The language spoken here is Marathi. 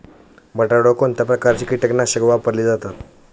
बटाट्यावर कोणत्या प्रकारची कीटकनाशके वापरली जातात?